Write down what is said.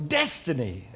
destiny